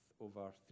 over